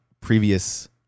previous